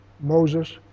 Moses